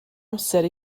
amser